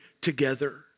together